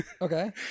Okay